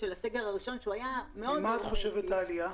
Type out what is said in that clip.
הסגר הראשון --- ממה את חושבת העלייה?